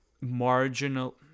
marginal